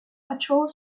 patrolled